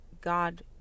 God